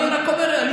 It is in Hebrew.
אני רק שואל.